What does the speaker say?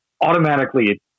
automatically